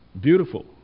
beautiful